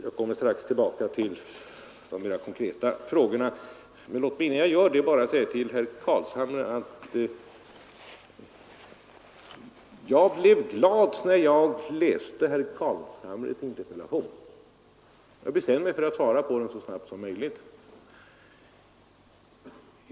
Jag kommer strax tillbaka till de mera konkreta frågorna, men låt mig innan jag gör det säga till herr Carlshamre att jag blev glad när jag läste hans interpellation och bestämde mig för att svara på den så snabbt som möjligt.